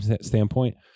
standpoint